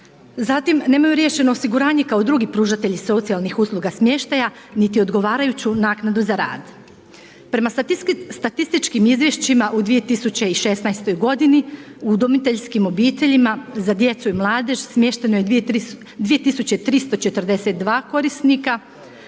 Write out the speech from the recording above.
Zatim, nemaju riješeno osiguranje kao drugi pružatelji socijalnih usluga smještaja niti odgovarajuću naknadu za rad. Prema statističkim izvješćima u 2016. godini u udomiteljskim obiteljima za djecu i mladež smješteno je 2.342 korisnika,